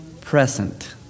present